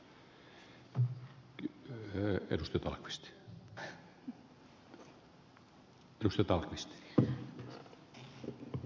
arvoisa puhemies